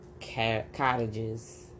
cottages